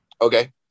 okay